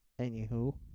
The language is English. anywho